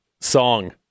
song